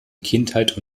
kindheit